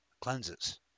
cleanses